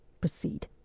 proceed